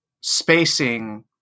spacing